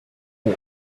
buy